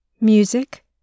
Music